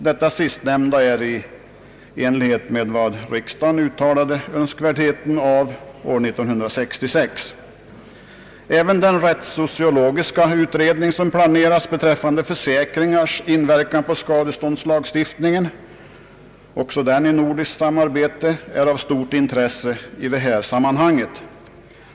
Detta sistnämnda står i överensstämmelse med vad riksdagen uttalade 1966. Även den rättssociologiska utredning som planeras beträffande försäkringars inverkan på skadeståndslagstiftningen — också den i nordiskt samarbete — är av stort intresse i detta sammanhang.